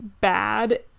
bad